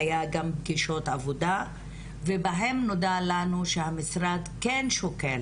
והיו גם פגישות עבודה ובהן נודה לנו שהמשרד כן שוקל